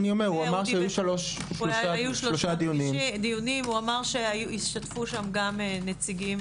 אמר שהיו שלושה דיונים, השתתפו שם גם נציגים.